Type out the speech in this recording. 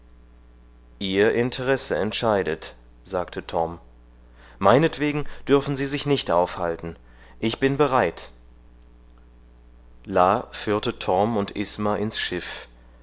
ihr interesse entscheidet sagte torm meinetwegen dürfen sie sich nicht aufhalten ich bin bereit la führte torm und isma ins schiff